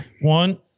One